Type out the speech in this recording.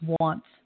wants